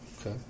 Okay